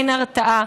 אין הרתעה.